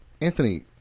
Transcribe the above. Anthony